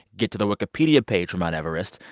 get to the wikipedia page for mt. everest,